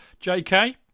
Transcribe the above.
JK